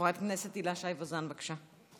חברת הכנסת הילה שי וזאן, בבקשה.